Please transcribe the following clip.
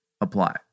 apply